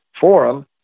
forum